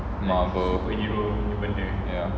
marvel when you went there ya